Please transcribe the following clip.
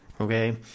Okay